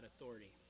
authority